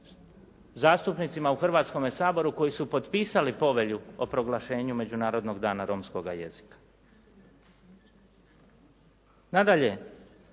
zastupnicima u Hrvatskome saboru koji su potpisali Povelju o proglašenju međunarodnog dana Romskoga jezika. Nadalje,